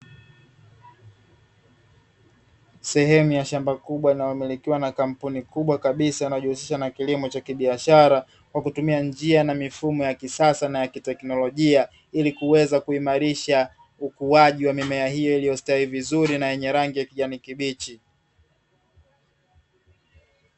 Sehemu ya shamba kubwa inayomilikiwa na kampuni kubwa kabisa inayojihusisha na kilimo cha kibiashara kwa kutumia njia na mifumo ya kisasa na ya kiteknolojia ili kuweza kuimarisha ukuaji wa mimea hiyo iliyostawi vizuri na yenye rangi ya kijani kibichi.